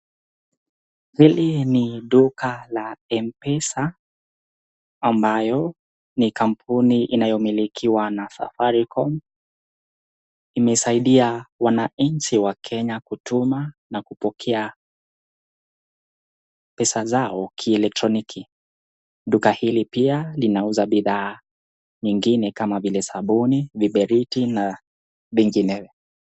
Hili ni duka la mpesa, ambayo ni kampuni inayomilikiwa na safaricom, imesaidia wananchi wa Kenya kutuma na kupokea pesa zao kieletroniki. Duka hili pia linauza bidhaa nyingine kama vile sabuni, kiberiti na vinginewe.